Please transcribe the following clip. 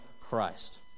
Christ